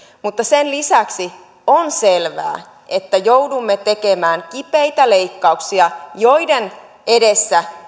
mutta sen lisäksi on selvää että joudumme tekemään kipeitä leikkauksia joiden edessä